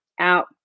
out